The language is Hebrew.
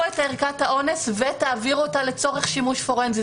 את ערכת האונס ויעבירו אותה לצורך שימוש פורנזי.